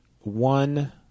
one